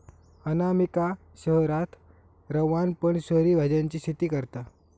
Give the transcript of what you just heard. अनामिका शहरात रवान पण शहरी भाज्यांची शेती करता